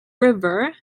river